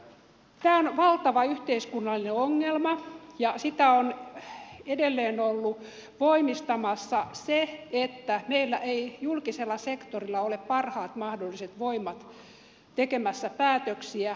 tämä on valtava yhteiskunnallinen ongelma ja sitä on edelleen ollut voimistamassa se että meillä ei julkisella sektorilla ole parhaat mahdolliset voimat tekemässä päätöksiä johtamassa